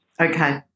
Okay